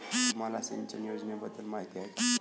तुम्हाला सिंचन योजनेबद्दल माहिती आहे का?